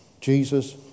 Jesus